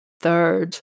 Third